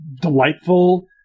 delightful